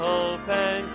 open